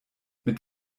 mit